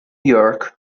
york